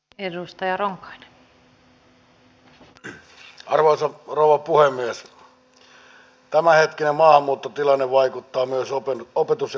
eivät he jää siellä yksin odottamaan suomea jos me emme ole laittaneet omaa talouttamme kuntoon